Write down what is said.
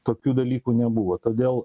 tokių dalykų nebuvo todėl